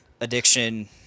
addiction